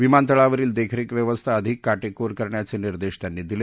विमानतळावरील देखरेख व्यवस्था अधिक कारेकोर करण्याचे निर्देश त्यांनी दिले